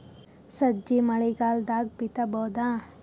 ಸಜ್ಜಿ ಮಳಿಗಾಲ್ ದಾಗ್ ಬಿತಬೋದ?